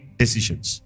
decisions